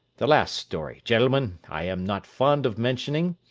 the last story, gentlemen, i am not fond of mentioning,